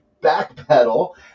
backpedal